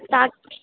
तव्हांखे